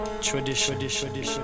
tradition